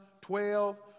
Twelve